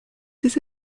ses